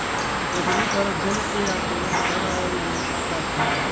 पृथ्वी पर जल के आंदोलन वितरण और गुणवत्ता का अध्ययन है